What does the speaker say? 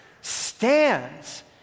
stands